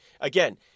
Again